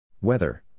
Weather